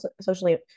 socially